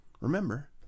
remember